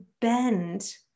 bend